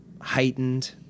heightened